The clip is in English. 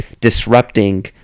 disrupting